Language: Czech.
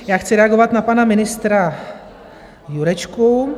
Já chci reagovat na pana ministra Jurečku.